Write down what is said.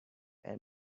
and